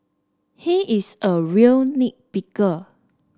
he is a real nit picker